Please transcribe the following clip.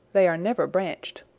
they are never branched.